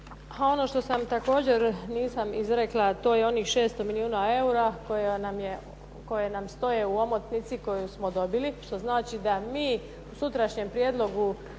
ono što također nisam izrekla to je onih 600 milijuna eura koje nam stoje u omotnici koju smo dobili što znači da mi u sutrašnjem prijedlogu